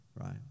right